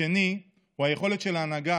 השני הוא היכולת של ההנהגה,